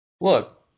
Look